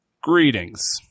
Greetings